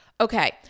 Okay